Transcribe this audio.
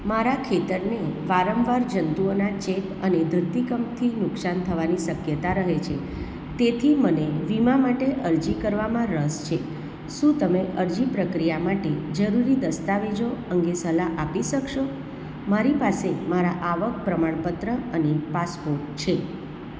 મારા ખેતરને વારંવાર જંતુઓનાં ચેપ અને ધરતીકંપથી નુકસાન થવાની શક્યતા રહે છે તેથી મને વીમા માટે અરજી કરવામાં રસ છે શું તમે અરજી પ્રક્રિયા માટે જરૂરી દસ્તાવેજો અંગે સલાહ આપી શકશો મારી પાસે મારા આવક પ્રમાણપત્ર અને પાસપોર્ટ છે